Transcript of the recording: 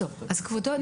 לא, כבודו.